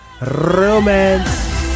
Romance